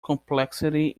complexity